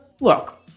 Look